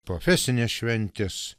profesinės šventės